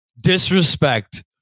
disrespect